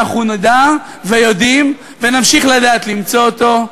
אנחנו נדע ויודעים ונמשיך לדעת למצוא אותו.